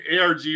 ARG